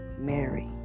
Mary